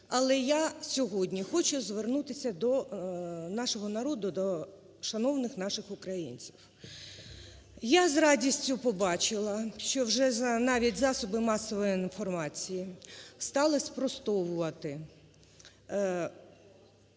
Але я сьогодні хочу звернутися до нашого народу, до шановних наших українців. Я з радістю побачила, що вже навіть засоби масової інформації стали спростовувати